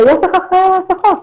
ושיש לכך השלכות.